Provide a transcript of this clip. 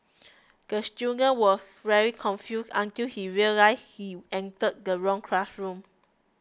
the student was very confused until he realised he entered the wrong classroom